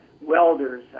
welders